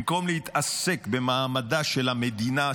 במקום להתעסק במעמדה של המדינה,